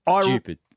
Stupid